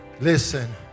Listen